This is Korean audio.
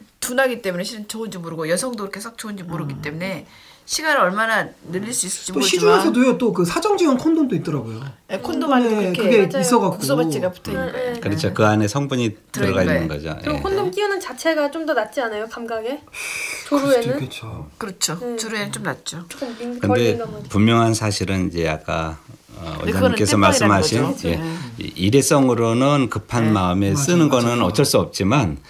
둔하기 때문에 실은 좋은지 모르고 여성도 그렇게 썩 좋은지 모르기 음. 때문에 시간을 얼마나 늘릴 수 있을지 또 모르지만- 시중에서도요, 또 그 사정지연 콘돔도 있더라고요. 예, 콘돔 음. 콘돔에 안에 그렇게 그게 있어갖고. 국소밭지가 붙어있는 음. 거예요. 음. 그렇죠. 그 안에 성분이 들어가 있는 들어있는 거예요. 거죠. 예. 그럼 콘돔 끼우는 자체가 좀 더 낫지 않아요? 감각에? 그럴 조루에는? 수도 있겠죠. 그렇죠. 음. 조루에는 좀 낫죠. 좀 민- 걸리는 근데 거지. 분명한 사실은 이제 아까 어, 근데 그거는 의장님께서 때빵이라는 말씀하신 거죠. 예, 예. 이 일회성으로는 급한 네. 마음에 쓰는 맞아, 맞아. 거는 어쩔 수 없지만